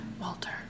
Walter